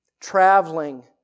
traveling